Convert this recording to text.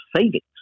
savings